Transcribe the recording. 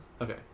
Okay